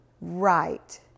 right